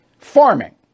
farming